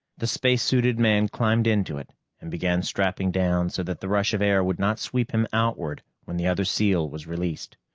the spacesuited man climbed into it and began strapping down so that the rush of air would not sweep him outward when the other seal was released.